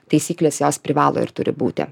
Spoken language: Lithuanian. taisyklės jos privalo ir turi būti